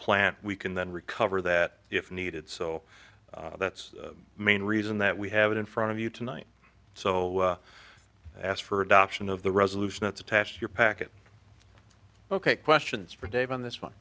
plant we can then recover that if needed so that's main reason that we have it in front of you tonight so ask for adoption of the resolution that's attached to your package ok questions for dave on this one